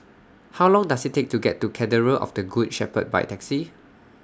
How Long Does IT Take to get to Cathedral of The Good Shepherd By Taxi